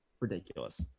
ridiculous